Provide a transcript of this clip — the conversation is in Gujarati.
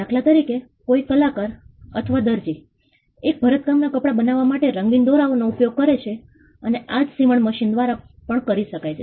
દાખલા તરીકે કોઈ કલાકાર અથવા દરજી એક ભરતકામના કપડા બનાવવા માટે રંગીન દોરાઓનો ઉપયોગ કરે છે અને આજ સીવણ મશીન દ્વારા પણ કરી શકાય છે